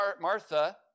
Martha